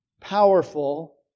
powerful